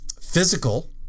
physical